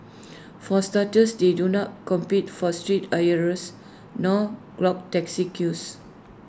for starters they do not compete for street hires nor clog taxi queues